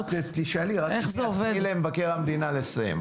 אז תשאלי, רק תני למבקר המדינה לסיים.